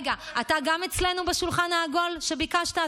רגע, אתה גם אצלנו בשולחן העגול שביקשת?